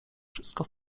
wszystko